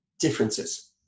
differences